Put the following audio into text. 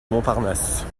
montparnasse